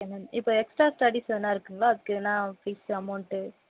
okay ma'am இப்போ extra studies எதுனா இருக்குதுங்களா அதுக்கு எதுனா ஃபீஸ் அமௌண்ட்டு